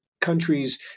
countries